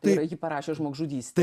tai yra ji parašė žmogžudystę